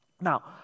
Now